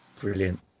brilliant